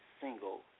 single